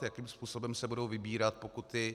Jakým způsobem se budou vybírat pokuty?